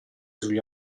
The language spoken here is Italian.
sugli